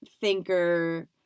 thinker